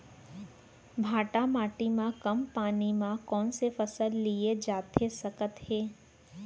भांठा माटी मा कम पानी मा कौन फसल लिए जाथे सकत हे?